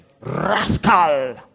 Rascal